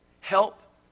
Help